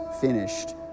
finished